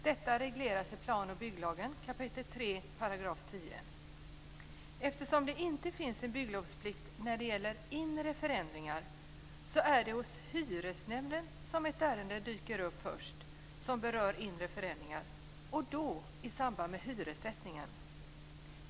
Detta regleras i Eftersom det inte finns bygglovsplikt när det gäller inre förändringar är det hos hyresnämnden som ett ärende först dyker upp som berör inre förändringar, och då i samband med hyressättningen.